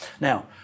Now